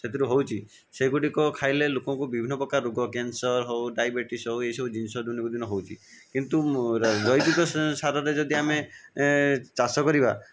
ସେଥିରେ ହେଉଛି ସେଗୁଡ଼ିକ ଖାଇଲେ ଲୋକଙ୍କୁ ବିଭିନ୍ନ ପ୍ରକାର ରୋଗ କ୍ୟାନ୍ସର ହେଉ ଡାଇବେଟିସ ହେଉ ଏହି ସବୁ ଜିନିଷ ଦିନକୁ ଦିନ ହେଉଛି କିନ୍ତୁ ଜୈବିକ ସାରରେ ଯଦି ଆମେ ଚାଷ କରିବା